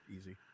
easy